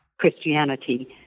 Christianity